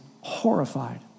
horrified